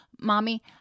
mommy